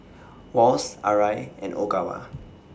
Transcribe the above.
Wall's Arai and Ogawa